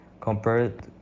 compared